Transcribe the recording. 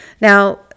now